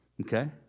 Okay